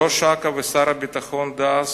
ראש אכ"א ושר הביטחון דאז